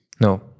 No